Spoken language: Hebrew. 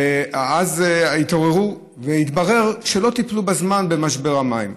ואז התעוררו, והתברר שלא טיפלו בזמן במשבר המים.